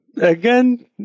Again